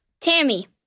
Tammy